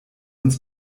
uns